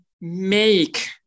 make